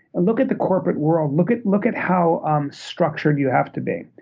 and look at the corporate world. look at look at how um structured you have to be.